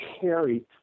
carry